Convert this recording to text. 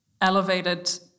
elevated